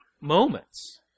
Moments